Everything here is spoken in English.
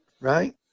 Right